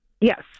Yes